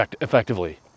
effectively